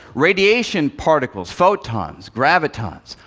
radiation particles, photons, gravitons,